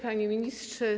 Panie Ministrze!